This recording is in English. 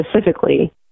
specifically